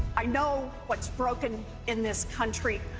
i know what is broken in this country.